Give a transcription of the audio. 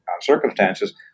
circumstances